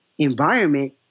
environment